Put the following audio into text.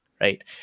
right